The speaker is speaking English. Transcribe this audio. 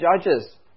judges